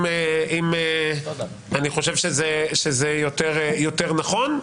אני חושב שזה יותר נכון.